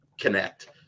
connect